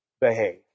behave